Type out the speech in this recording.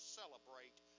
celebrate